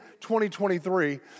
2023